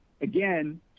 again